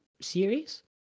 series